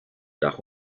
dach